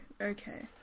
okay